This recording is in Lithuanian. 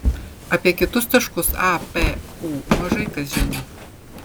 apie kitus taškus a p u mažai kas žino